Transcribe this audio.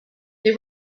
they